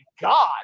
God